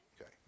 Okay